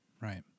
right